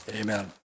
amen